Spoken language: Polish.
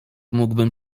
mógłbym